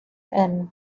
and